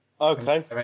Okay